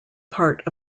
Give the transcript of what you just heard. part